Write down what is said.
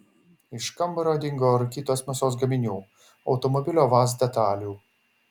iš kambario dingo rūkytos mėsos gaminių automobilio vaz detalių